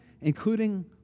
including